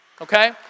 Okay